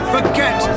Forget